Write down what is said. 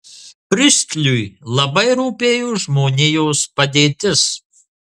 pristliui labai rūpėjo žmonijos padėtis